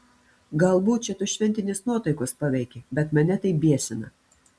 galbūt čia tos šventinės nuotaikos paveikė bet mane tai biesina